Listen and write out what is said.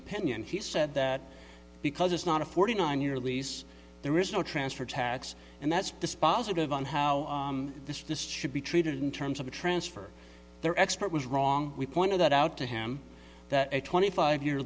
opinion he said that because it's not a forty nine year lease there is no transfer tax and that's dispositive on how this this should be treated in terms of the transfer their expert was wrong we pointed that out to him that a twenty five year